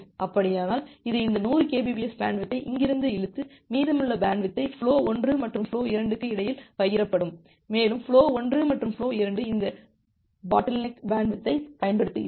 அப்படியானால் இது இந்த 100 kbps பேண்ட்வித்தை இங்கிருந்து இழுத்து மீதமுள்ள பேண்ட்வித்தை ஃபுலோ 1 மற்றும் ஃபுலோ 2 க்கு இடையில் பகிரப்படும் மேலும் ஃபுலோ 1 மற்றும் ஃபுலோ 2 இந்த பாட்டில்நெக் பேண்ட்வித்தை பயன்படுத்துகின்றன